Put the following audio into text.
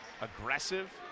aggressive